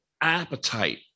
appetite